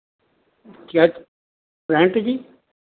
ਕਿਆ ਰੈਂਟ ਜੀ